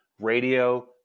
Radio